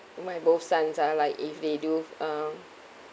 my both sons ah like if they do um